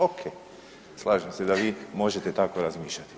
Oke, slažem se da vi možete tako razmišljati.